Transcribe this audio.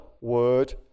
word